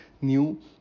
new